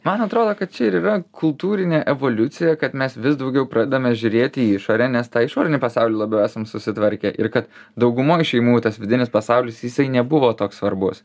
man atrodo kad čia ir yra kultūrinė evoliucija kad mes vis daugiau pradedame žiūrėti į išorę nes tą išorinį pasaulį labiau esam susitvarkę ir kad daugumoj šeimų tas vidinis pasaulis jisai nebuvo toks svarbus